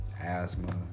asthma